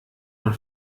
man